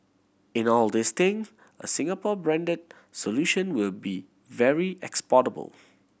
in all these thing a Singapore branded solution will be very exportable